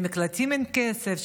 למקלטים אין כסף,